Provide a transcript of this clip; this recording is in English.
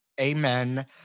Amen